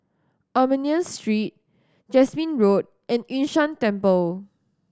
Armenian Street Jasmine Road and Yun Shan Temple